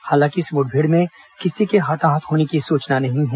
हालांकि इस मुठभेड़ में किसी के हताहत होने की सूचना नहीं हैं